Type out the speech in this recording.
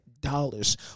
dollars